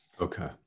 okay